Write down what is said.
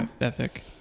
ethic